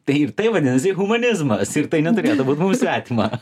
tai tai vadinasi humanizmas ir tai neturėtų būt mum svetima